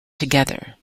together